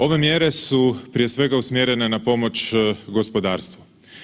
Ove mjere su prije svega usmjerene na pomoć gospodarstvu.